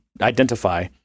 identify